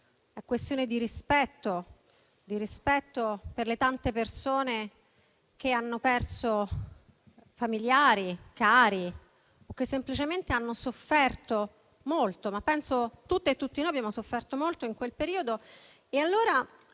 è questione di rispetto per le tante persone che hanno perso familiari, cari o che semplicemente hanno sofferto molto. Penso, però, che tutti noi abbiamo sofferto molto in quel periodo.